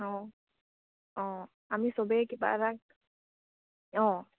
অঁ অঁ আমি চবেই কিবা এটা অঁ